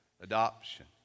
adoption